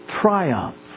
Triumph